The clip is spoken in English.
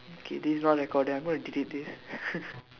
okay this not recorded I'm going to delete this